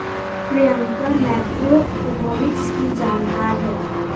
Priyanka macroeconomics की जानकार है